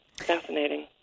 Fascinating